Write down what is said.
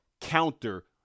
counter